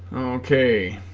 okay